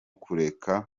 kutureka